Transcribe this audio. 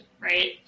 right